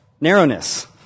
Narrowness